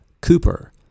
Cooper